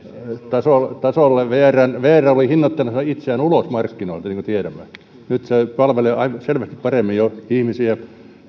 tasolle tasolle vr oli hinnoittelemassa itseään ulos markkinoilta niin kuin tiedämme nyt se palvelee jo selvästi paremmin ihmisiä